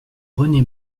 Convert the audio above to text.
rené